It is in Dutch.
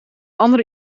andere